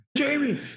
Jamie